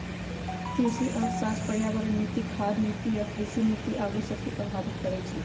कृषि अर्थशास्त्र पर्यावरण नीति, खाद्य नीति आ कृषि नीति आउरो सभके प्रभावित करइ छै